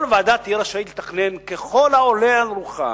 כל ועדה תהיה רשאית לתכנן ככל העולה על רוחה,